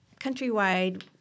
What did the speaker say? countrywide